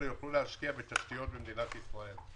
יוכלו להשקיע בתשתיות במדינת ישראל.